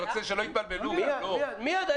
שלא יתבלבלו -- שנייה, מיד.